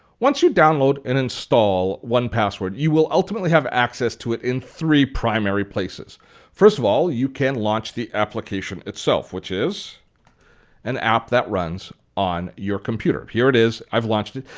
once you download and install one password, you will ultimately have access to it in three primary places. first of all, you can launch the application itself which is an app that runs on your computer. here it is. i've launched it.